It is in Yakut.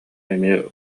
эмиэ